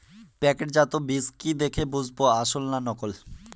প্যাকেটজাত বীজ কি দেখে বুঝব আসল না নকল?